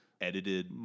edited